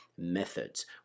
Methods